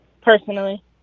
personally